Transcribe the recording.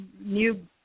new